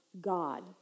God